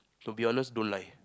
so be honest don't lie